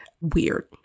weird